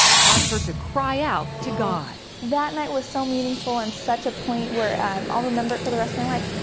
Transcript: caused her to cry out to god. that night was so meaningful and such a point where i'll remember it for the rest of my life,